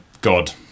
god